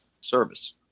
service